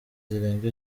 zirenga